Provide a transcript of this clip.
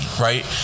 right